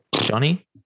Johnny